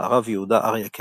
הרב יהודה אריה קסטנר,